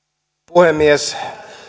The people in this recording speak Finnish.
puhemies